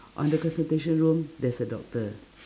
on the consultation room there's a doctor